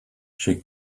she